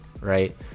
right